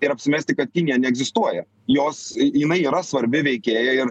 ir apsimesti kad kinija neegzistuoja jos jinai yra svarbi veikėja ir